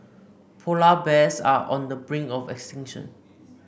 polar bears are on the brink of extinction